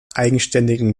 eigenständigen